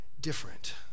different